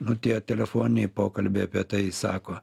nu tie telefoniniai pokalbiai apie tai sako